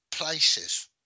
places